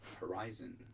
Horizon